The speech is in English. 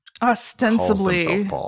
Ostensibly